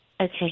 Okay